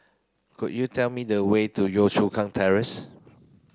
could you tell me the way to Yio Chu Kang Terrace